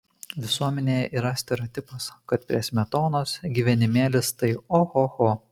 visuomenėje yra stereotipas kad prie smetonos gyvenimėlis tai ohoho